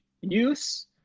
use